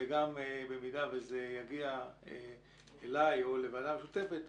ובמידה שזה יגיע אליי או לוועדה משותפת,